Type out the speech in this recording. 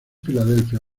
filadelfia